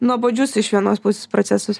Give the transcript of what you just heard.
nuobodžius iš vienos pusės procesus